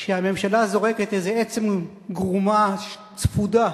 שהממשלה זורקת איזה עצם גרומה, צפודה,